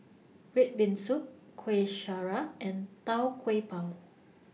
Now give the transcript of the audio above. Red Bean Soup Kueh Syara and Tau Kwa Pau